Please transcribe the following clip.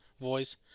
voice